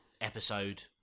episode